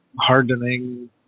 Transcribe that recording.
hardening